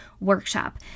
workshop